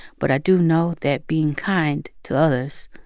but i do know that being kind to others